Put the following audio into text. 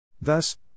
Thus